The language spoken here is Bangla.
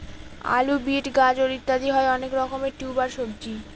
আলু, বিট, গাজর ইত্যাদি হয় অনেক রকমের টিউবার সবজি